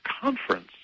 conference